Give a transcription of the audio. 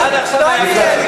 עד עכשיו היה בסדר.